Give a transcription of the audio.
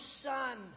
son